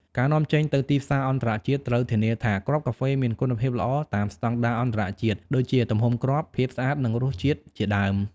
ការនាំចេញទៅទីផ្សារអន្តរជាតិ ត្រូវធានាថាគ្រាប់កាហ្វេមានគុណភាពល្អ តាមស្តង់ដារអន្តរជាតិ ដូចជាទំហំគ្រាប់ ភាពស្អាត និងរសជាតិជាដើម។